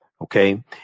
Okay